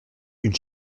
une